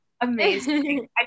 amazing